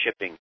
shipping